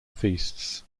feasts